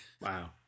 wow